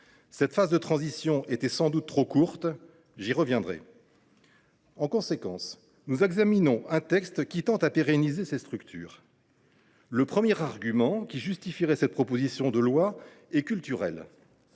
Cette phase de transition était sans doute trop courte – j’y reviendrai. En conséquence, nous examinons un texte qui tend à pérenniser ces structures. Le premier argument qui justifierait cette proposition de loi est culturel.